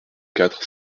quatre